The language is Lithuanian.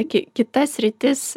ki kita sritis